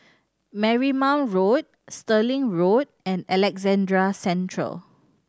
Marymount Road Stirling Road and Alexandra Central